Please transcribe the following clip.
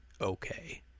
okay